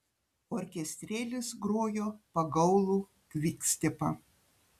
orkestrėlis grojo pagaulų kvikstepą